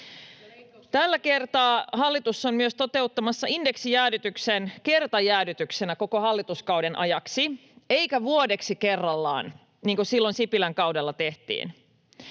Tällä kertaa hallitus on myös toteuttamassa indeksijäädytyksen kertajäädytyksenä koko hallituskauden ajaksi eikä vuodeksi kerrallaan, niin kuin silloin Sipilän kaudella tehtiin.